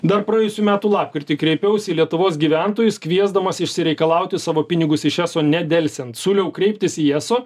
dar praėjusių metų lapkritį kreipiausi į lietuvos gyventojus kviesdamas išsireikalauti savo pinigus iš eso nedelsiant siūliau kreiptis į eso